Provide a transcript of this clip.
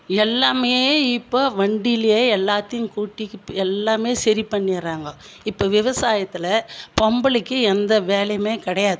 எல்லாமே இப்போது வண்டிலேயே எல்லாத்தையும் கூட்டிக்கிட்டு எல்லாமே சரி பண்ணிறாங்கோ இப்போது விவசாயத்தில் பொம்பளைக்கு எந்த வேலையுமே கிடையாது